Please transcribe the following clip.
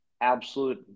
absolute